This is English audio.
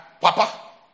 Papa